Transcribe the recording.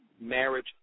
marriage